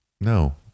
No